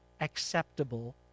acceptable